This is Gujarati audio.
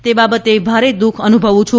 તે બાબતે ભારે દુઃખ અનુભવું છું